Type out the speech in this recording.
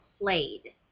played